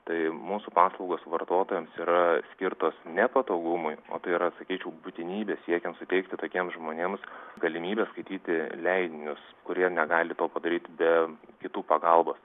tai mūsų paslaugos vartotojams yra skirtos ne patogumui o tai yra sakyčiau būtinybė siekiant suteikti tokiems žmonėms galimybę skaityti leidinius kurie negali to padaryt be kitų pagalbos